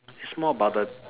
it's more about the